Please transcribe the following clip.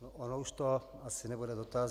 On už to asi nebude dotaz.